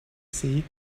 see